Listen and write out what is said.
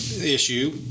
issue